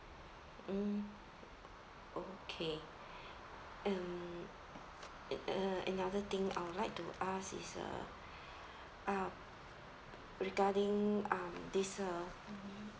mm okay um uh another thing I would like to ask is uh uh regarding um this uh